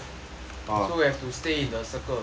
so we have to stay in the circle